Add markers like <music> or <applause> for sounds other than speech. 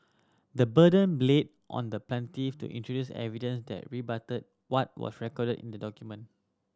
the burden <unintelligible> on the plaintiff to introduce evidence that rebutted what was recorded in the document